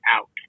out